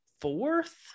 fourth